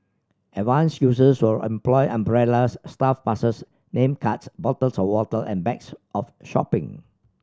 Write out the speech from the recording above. advanced users will employ umbrellas staff passes name cards bottles of water and bags of shopping